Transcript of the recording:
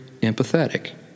empathetic